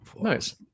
Nice